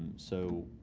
so,